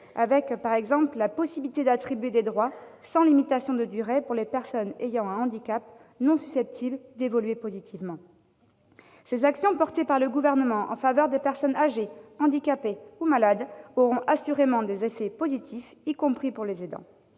pense, par exemple, à la possibilité d'attribuer des droits sans limitation de durée aux personnes ayant un handicap non susceptible d'évoluer positivement. Ces actions conduites par le Gouvernement en faveur des personnes âgées, handicapées ou malades auront assurément des effets positifs, y compris pour les aidants.